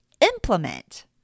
implement